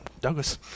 Douglas